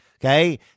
Okay